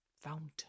Fountain